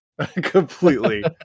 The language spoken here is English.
completely